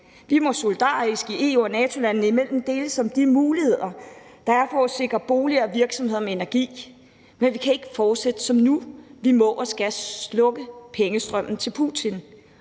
Vi må solidarisk EU- og NATO-landene imellem deles om de muligheder, der er for at sikre boliger og virksomheder energi. Vi kan ikke fortsætte som nu. Vi må og skal slukke for pengestrømmen til Putin,